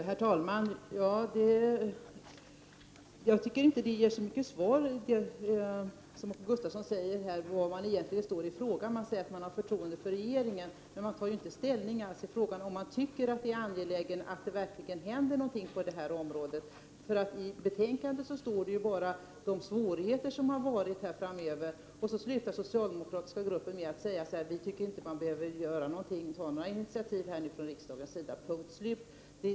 Herr talman! Jag tycker inte att det som Åke Gustavsson säger ger så mycket svar på frågan om var man egentligen står. Man säger att man har förtroende för regeringen, men man tar inte ställning i frågan som gäller hu ruvida man tycker att det är angeläget att det verkligen händer något på det här området eller inte. I betänkandet talas det bara om svårigheterna. Den socialdemokratiska gruppen avslutar med att säga att den inte tycker att man behöver göra något, att riksdagen inte behöver ta några initiativ.